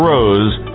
Rose